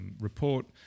report